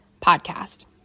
podcast